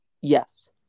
Yes